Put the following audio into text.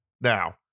now